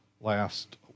last